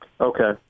Okay